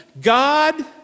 God